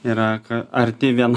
yra arti viena